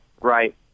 right